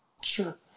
Sure